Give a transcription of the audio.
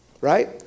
right